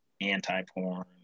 anti-porn